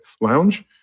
lounge